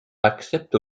accepte